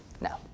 No